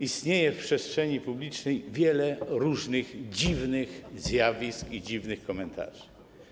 Istnieje w przestrzeni publicznej wiele różnych dziwnych zjawisk i dziwnych komentarzy.